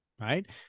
Right